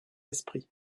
esprit